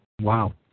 Wow